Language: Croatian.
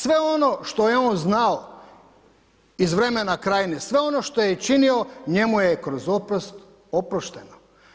Sve ono što je on znao iz vremena krajine, sve ono što je činio njemu je kroz oprost oprošteno.